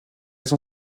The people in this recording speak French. son